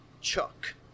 chuck